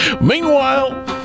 Meanwhile